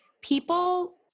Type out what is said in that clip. People